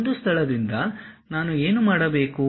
ಒಂದು ಸ್ಥಳದಿಂದ ನಾನು ಏನು ಮಾಡಬೇಕು